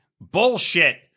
bullshit